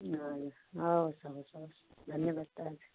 हवस् हवस् हवस् धन्यवाद दाजु